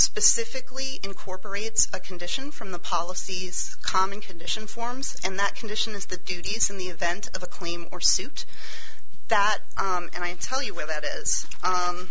specifically incorporates a condition from the policies common condition forms and that condition is the duties in the event of a claim or suit that and i tell you where that is